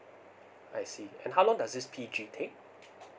I see and how long does this P G take